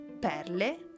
perle